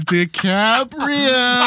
DiCaprio